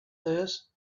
this